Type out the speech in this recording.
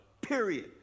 period